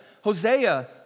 Hosea